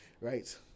right